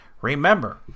Remember